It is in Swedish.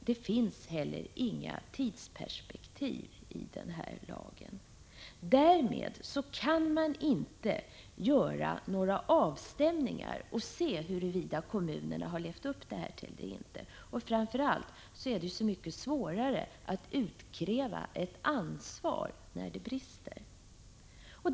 Det finns heller inga tidsperspektiv i lagen. Därmed kan man inte göra några avstämningar och se huruvida kommunerna har levt upp till de krav som ställs på dem. Framför allt är det så mycket svårare att utkräva ett ansvar när det brister.